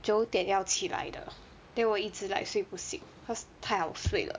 九点要起来的 then 我一直 like 睡不醒 cause 太好睡了